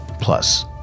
Plus